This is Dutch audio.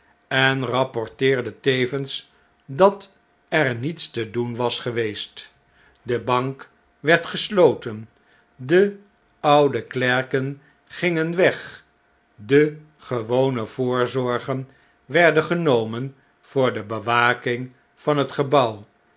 en rapporteerde tevens dat er niets te doen was geweest de bank werd gesloten de oude klerken gingen weg de gewone voorzorgen werden genomen voor de bewaking van het gebouw